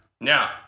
Now